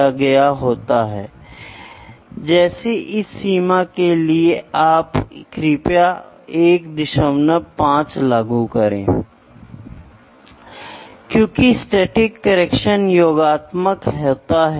इसलिए primary measurement वह है जिसे लंबाई में माप मात्रा के किसी भी रुपांतरण को शामिल किए बिना प्रत्यक्ष अवलोकन द्वारा बनाया जा सकता है